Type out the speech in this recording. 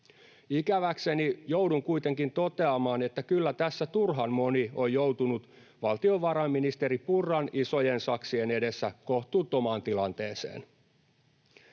Ikäväkseni joudun kuitenkin toteamaan, että kyllä tässä turhan moni on joutunut valtiovarainministeri Purran isojen saksien edessä kohtuuttomaan tilanteeseen.